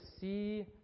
see